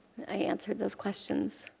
i answered those questions.